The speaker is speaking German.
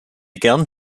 gern